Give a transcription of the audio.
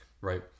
Right